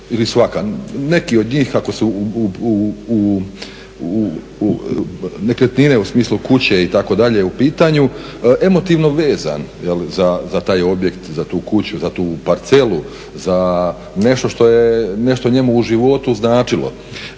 neki od njih ako su nekretnine u smislu kuće, itd. u pitanju, emotivno vezan za taj objekt, za tu kuću, za tu parcelu, za nešto što je nešto njemu u životu značilo,